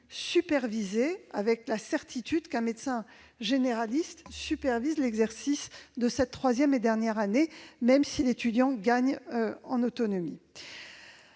supervisée, avec la certitude, donc, qu'un médecin généraliste supervise l'exercice de cette troisième et dernière année, même si l'étudiant gagne en autonomie.